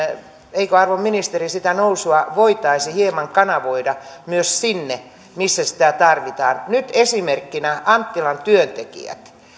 eikö arvon ministeri sitä nousua voitaisi hieman kanavoida myös sinne missä sitä tarvitaan nyt esimerkiksi anttilan työntekijät